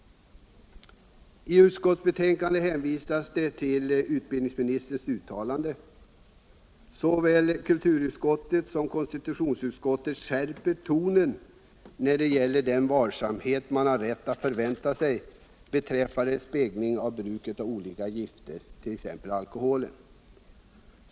I utskottsbetänkandet hänvisas till utbildningsministerns uttalande, och såväl kulturutskottet som konstitutionsutskottet skärper tonen när det gäller den varsamhet man har rätt att vänta beträffande speglingen av bruket av olika gifter, t.ex. alkohol.